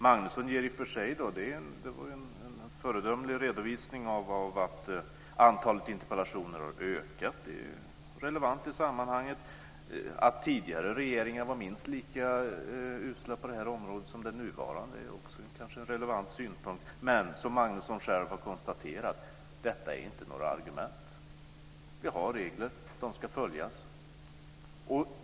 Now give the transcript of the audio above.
Magnusson gav i och för sig en föredömlig redovisning av att antalet interpellationer har ökat, vilket är relevant i sammanhanget, att tidigare regeringar var minst lika usla på det här området som den nuvarande regeringen, och det är väl kanske också en relevant synpunkt. Men, som Magnusson själv har konstaterat, detta är inte några argument. Vi har regler, och de ska följas.